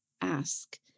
ask